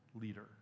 leader